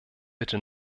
bitte